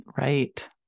Right